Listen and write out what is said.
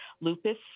lupus